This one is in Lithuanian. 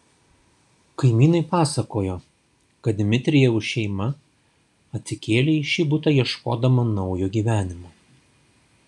kaimynai pasakojo kad dmitrijevų šeima atsikėlė į šį butą ieškodama naujo gyvenimo